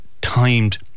timed